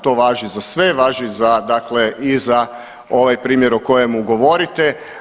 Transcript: To važi za sve, važi za dakle i za ovaj primjer o kojemu govorite.